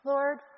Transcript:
Lord